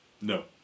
No